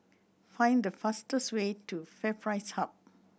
find the fastest way to FairPrice Hub